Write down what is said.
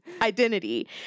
Identity